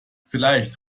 vielleicht